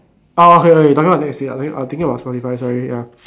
orh okay okay you talking about netflix I t~ thinking about spotify sorry ah